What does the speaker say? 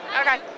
Okay